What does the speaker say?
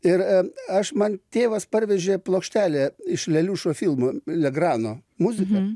ir aš man tėvas parvežė plokštelę iš leliušo filmų legrano muzika